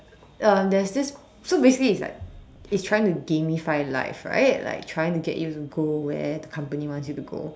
um there's this so basically it's like it's trying to gamify life right like trying to get you go where the company wants you to go